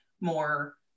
more